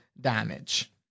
damage